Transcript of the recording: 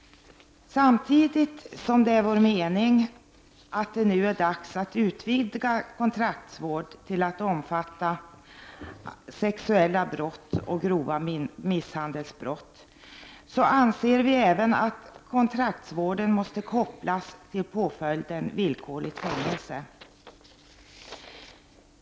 Samtidigt som det är vår uppfattning att det nu är dags att utvidga kontraktsvård till att omfatta dem som döms för sexuella brott och för grov misshandel anser vi även att kontraktsvården måste kopplas till påföljden villkorligt fängelse.